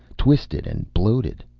twisted and bloated.